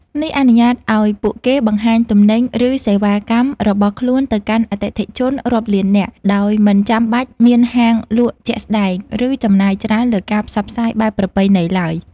នេះអនុញ្ញាតឲ្យពួកគេបង្ហាញទំនិញ ឬសេវាកម្មរបស់ខ្លួនទៅកាន់អតិថិជនរាប់លាននាក់ ដោយមិនចាំបាច់មានហាងលក់ជាក់ស្តែង ឬចំណាយច្រើនលើការផ្សព្វផ្សាយបែបប្រពៃណីឡើយ។